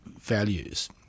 values